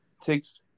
takes